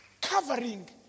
Covering